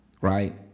right